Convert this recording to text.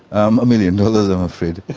um million dollars i'm afraid.